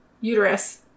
uterus